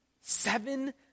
Seven